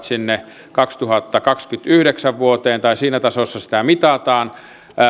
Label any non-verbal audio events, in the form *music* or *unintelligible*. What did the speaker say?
*unintelligible* sinne vuoteen kaksituhattakaksikymmentäyhdeksän tai siinä tasossa sitä mitataan